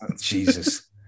Jesus